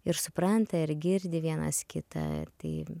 ir supranta ir girdi vienas kitą tai